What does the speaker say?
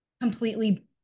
completely